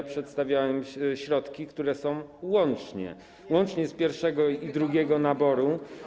Ja przedstawiałem środki, które są ujęte łącznie, łącznie z pierwszego i drugiego naboru.